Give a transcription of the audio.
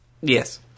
Yes